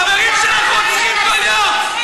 החברים שלך רוצחים כל יום.